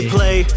Play